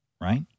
right